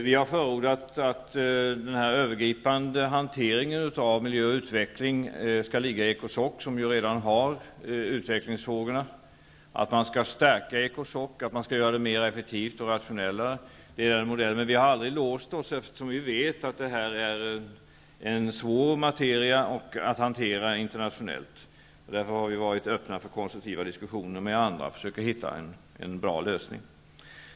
Vi har förordat att den övergripande hanteringen av miljö och utveckling skall ligga i Ecosoc, som redan har ansvar för utvecklingsfrågorna, och att Ecosoc skall stärkas och göras mer effektivt och rationellt. Det är den modell vi vill ha, men vi har aldrig låst oss, eftersom vi vet att detta är en svår materia att hantera internationellt. Vi har därför varit öppna för konstruktiva diskussioner med andra för att försöka hitta en bra lösning.